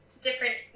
different